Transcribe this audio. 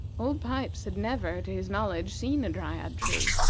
old pipes had never, to his knowledge, seen a dryad-tree,